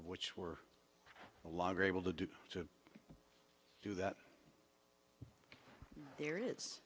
which we're longer able to do to do that there is